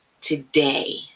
today